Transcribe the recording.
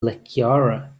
lekrjahre